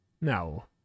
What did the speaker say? No